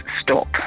stop